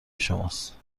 شماست